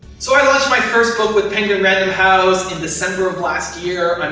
so, i launched my first book with penguin random house in december of last year.